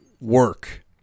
work